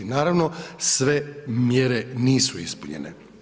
Naravno, sve mjere nisu ispunjene.